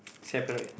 separate